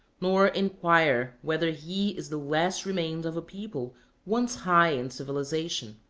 nor inquire whether he is the last remains of a people once high in civilization.